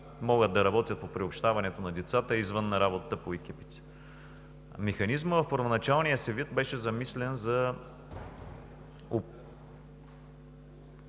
могат да работят по приобщаването на децата, извън работата по екипите. Механизмът в първоначалния си вид беше замислен за